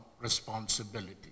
responsibility